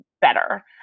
better